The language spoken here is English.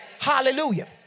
Hallelujah